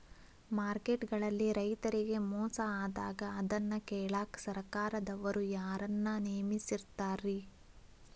Market ಗಳಲ್ಲಿ ರೈತರಿಗೆ ಮೋಸ ಆದಾಗ ಅದನ್ನ ಕೇಳಾಕ್ ಸರಕಾರದವರು ಯಾರನ್ನಾ ನೇಮಿಸಿರ್ತಾರಿ?